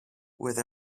with